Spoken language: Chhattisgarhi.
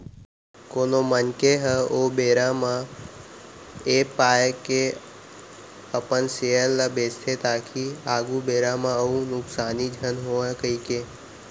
कोनो मनखे ह ओ बेरा म ऐ पाय के अपन सेयर ल बेंचथे ताकि आघु बेरा म अउ नुकसानी झन होवय कहिके